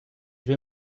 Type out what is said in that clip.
vais